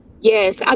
Yes